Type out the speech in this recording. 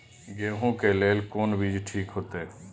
गेहूं के लेल कोन बीज ठीक होते?